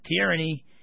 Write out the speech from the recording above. Tyranny